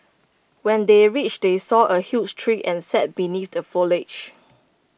when they reached they saw A huge tree and sat beneath the foliage